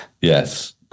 yes